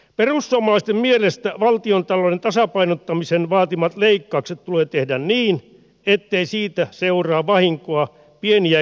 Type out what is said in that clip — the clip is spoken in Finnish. perussuomalaisten mielestä valtiontalouden tasapainottamisen vaatimat leikkaukset tulee tehdä niin ettei siitä seuraa vahinkoa pieni ja keskituloisille